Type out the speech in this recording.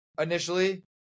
initially